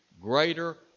greater